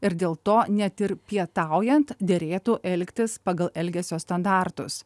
ir dėl to net ir pietaujant derėtų elgtis pagal elgesio standartus